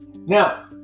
Now